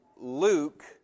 Luke